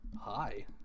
Hi